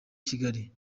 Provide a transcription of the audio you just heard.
kigali